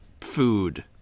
food